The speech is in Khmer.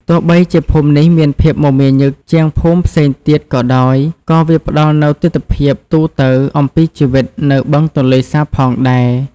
ទោះបីជាភូមិនេះមានភាពមមាញឹកជាងភូមិផ្សេងទៀតក៏ដោយ ក៏វាផ្តល់នូវទិដ្ឋភាពទូទៅអំពីជីវិតនៅបឹងទន្លេសាបផងដែរ។